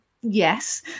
yes